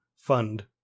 fund